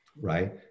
Right